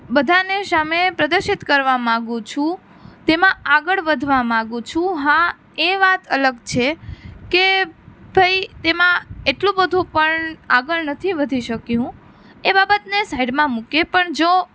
બધાને સામે પ્રદર્શિત કરવા માંગું છું તેમાં આગળ વધવા માંગું છું હા એ વાત અલગ છે કે ભાઈ તેમાં એટલું બધું પણ આગળ નથી વધી શકી હું એ બાબતને સાઇડમાં મૂકીએ પણ જો